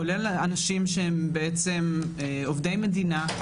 כולל לאנשים שהם בעצם עובדי מדינה.